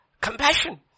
compassion